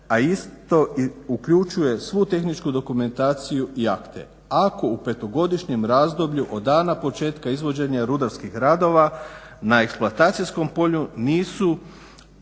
a isto uključuje svu tehničku dokumentaciju i akte. Ako u petogodišnjem razdoblju od dana početka izvođenja rudarskih radova na eksploatacijskom polju nisu